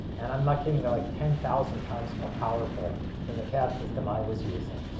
and i'm not kidding. they're like ten thousand times more powerful than the cad system i was using.